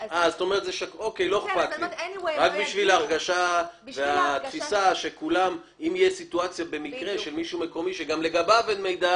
אם תהיה סיטואציה של מישהו מקומי שלגביו אין מידע